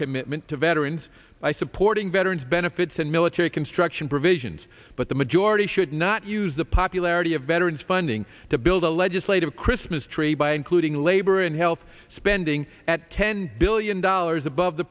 commitment to veterans by supporting veterans benefits and military construction provisions but the majority should not use the power larry of veterans funding to build a legislative christmas tree by including labor and health spending at ten billion dollars above the